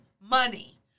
money